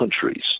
countries